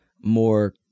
more